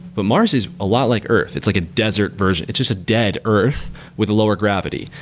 but mars is a lot like earth. it's like a desert version. it's just a dead earth with a lower gravity.